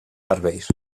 serveis